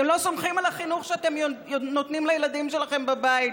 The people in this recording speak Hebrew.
אתם לא סומכים על החינוך שאתם נותנים לילדים שלכם בבית,